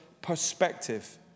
perspective